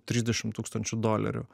trisdešim tūkstančių dolerių